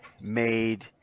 made